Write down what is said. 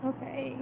Okay